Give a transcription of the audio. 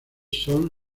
son